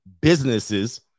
businesses